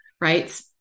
right